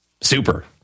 Super